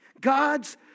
God's